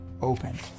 opened